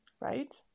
right